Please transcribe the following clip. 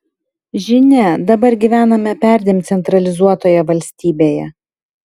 žinia dabar gyvename perdėm centralizuotoje valstybėje